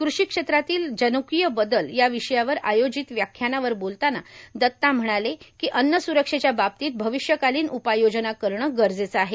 कृषी क्षेत्रातील जन्कीय बदल या विषयावर आयोजित व्याख्यानावर बोलताना दत्ता म्हणाले की अन्न स्रक्षेच्या बाबतीत भविष्यकालीन उपाययोजना करणं गरजेचं आहे